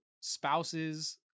spouses